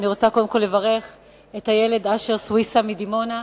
אני רוצה קודם כול לברך את הילד אשר סוויסה מדימונה,